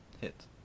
hit